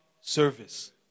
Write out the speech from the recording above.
service